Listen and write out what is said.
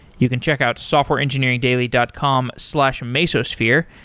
you can check out softwareengineeringdaily dot com slash mesosphere,